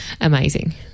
amazing